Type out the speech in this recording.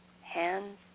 hands